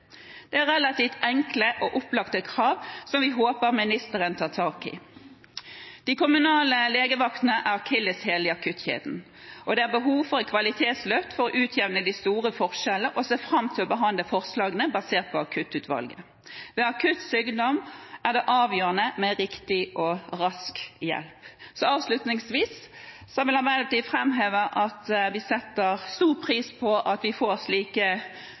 Det er relativt enkle og opplagte krav, som vi håper ministeren tar tak i. De kommunale legevaktene er akilleshælen i akuttkjeden. Det er behov for kvalitetsløft for å utjevne de store forskjellene, og en ser fram til å behandle forslagene fra Akuttutvalget. Ved akutt sykdom er det avgjørende med riktig og rask hjelp. Avslutningsvis vil Arbeiderpartiet framheve at vi setter stor pris på at vi får slike